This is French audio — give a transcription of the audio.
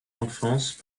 enfance